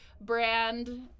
brand